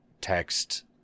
text